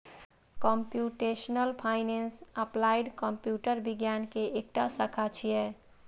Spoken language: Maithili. कंप्यूटेशनल फाइनेंस एप्लाइड कंप्यूटर विज्ञान के एकटा शाखा छियै